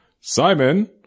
Simon